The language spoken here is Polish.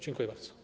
Dziękuję bardzo.